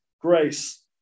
grace